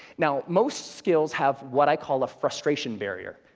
now, most skills have what i call a frustration barrier.